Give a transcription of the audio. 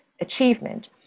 achievement